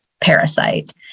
parasite